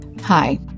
Hi